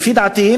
לפי דעתי,